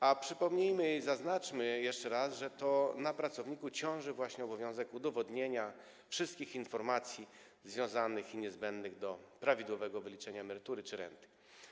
A przypomnijmy i zaznaczmy jeszcze raz, że to właśnie na pracowniku ciąży obowiązek udowodnienia wszystkich informacji związanych z tym i niezbędnych do prawidłowego wyliczenia emerytury czy renty.